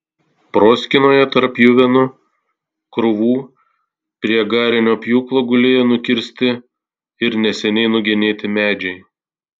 proskynoje tarp pjuvenų krūvų prie garinio pjūklo gulėjo nukirsti ir neseniai nugenėti medžiai